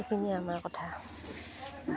এইখিনিয়ে আমাৰ কথা